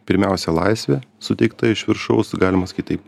pirmiausia laisvė suteikta iš viršaus galima sakyt taip